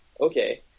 Okay